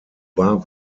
wah